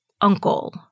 uncle